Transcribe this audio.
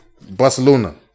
Barcelona